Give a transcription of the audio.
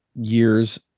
years